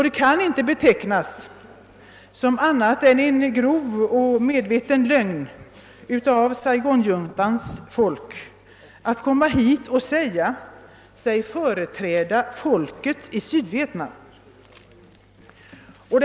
Det måste betecknas som en grov och medveten lögn när juntan säger sig företräda folket i Sydvietnam.